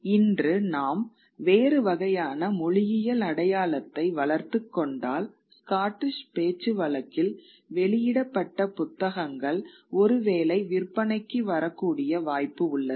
இன்று நாம் வேறு வகையான மொழியியல் அடையாளத்தை வளர்த்துக் கொண்டால் ஸ்காட்டிஷ் பேச்சுவழக்கில் வெளியிடப்பட்ட புத்தகங்கள் ஒருவேளை விற்பனைக்கு வரக்கூடிய வாய்ப்பு உள்ளது